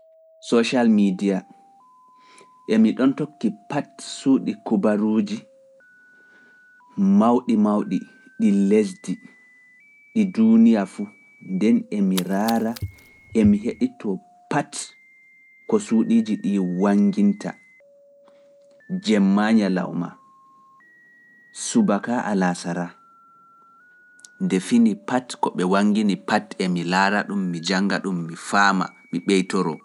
Social media, emi ɗon tokki pat suuɗi kubaruuji mawɗi mawɗi ɗi lesdi ɗi duuniya fuu, nden emi raara emi heɗi to pat ko suuɗiiji ɗii wanginta jemma nyalawma subaka alaasara nde fini pati ko ɓe wangini pat e mi laara ɗum mi jannga ɗum mi faama mi ɓeytoro.